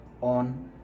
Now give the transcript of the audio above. on